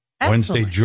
Wednesday